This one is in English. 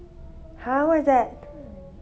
!huh! what is that